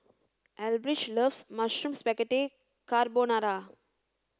Elbridge loves Mushroom Spaghetti Carbonara